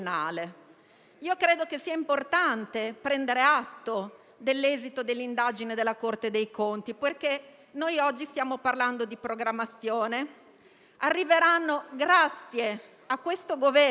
Credo sia importante prendere atto dell'esito dell'indagine della Corte dei conti, perché noi oggi stiamo parlando di programmazione. Grazie a questo Governo